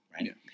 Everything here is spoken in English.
Right